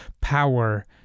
power